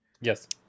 Yes